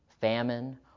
famine